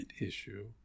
issue